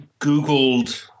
googled